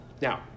Now